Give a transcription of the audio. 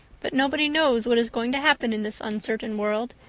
but nobody knows what is going to happen in this uncertain world,